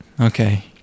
Okay